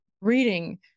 reading